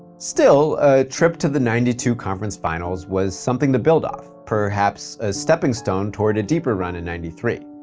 still, a trip to the ninety two conference finals was something to build off, perhaps a stepping stone toward a deeper run in ninety three.